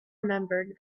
remembered